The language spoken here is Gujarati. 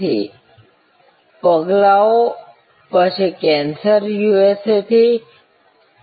તેથી પગલાઓ પછી કેન્સાસ યુએસએથી કલકત્તા ભારત સુધી સરળતાથી પુનઃઉત્પાદિત છે